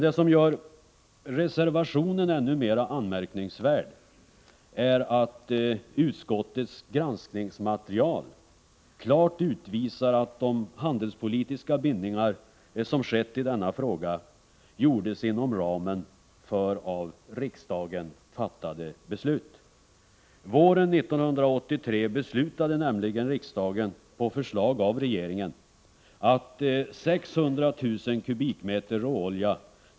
Det som gör reservationen ännu mera anmärkningsvärd är att utskottets granskningsmaterial klart utvisar att de handelspolitiska bindningar som skett i denna fråga har gjorts inom ramen för av riksdagen fattade beslut. Våren 1983 beslöt nämligen riksdagen på förslag av regeringen att 600 000 m?